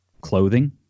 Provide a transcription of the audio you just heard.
clothing